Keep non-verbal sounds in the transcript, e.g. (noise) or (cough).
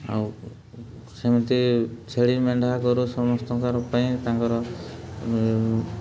ଆଉ ସେମିତି ଛେଳି ମେଣ୍ଢା (unintelligible) ସମସ୍ତଙ୍କର ପାଇଁ ତାଙ୍କର